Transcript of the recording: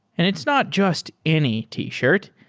and it's not just any t-shirt.